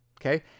okay